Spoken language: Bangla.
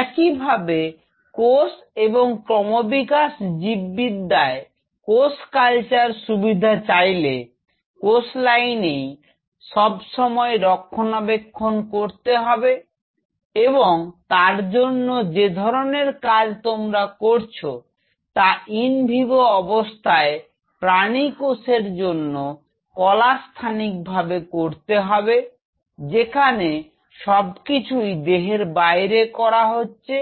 একইভাবে কোষ এবং ক্রমবিকাশ জীব বিদ্যায় কোষ কালচার সুবিধা চাইলে কোষ লাইনের সব সময় রক্ষণাবেক্ষণ করতে হবে এবং তার জন্য যে ধরনের কাজ তোমরা করছ তা ইনভিভো অবস্থায় প্রাণী কোষের জন্য কলাস্থানিক ভাবে করতে হবে যেখানে সবকিছুই দেহের বাইরে করা হচ্ছে